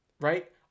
right